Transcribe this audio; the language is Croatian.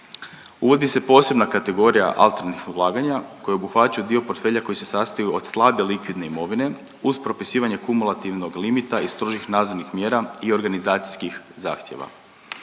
Uvodi se posebna kategorija alternativnih ulaganja koji obuhvaćaju dio portfelja koji se sastoje od slabe likvidne imovine uz propisivanje kumulativnog limita iz strožih nadzornih mjera i organizacijskih zahtjeva.